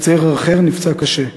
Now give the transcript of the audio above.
וצעיר אחר נפצע קשה.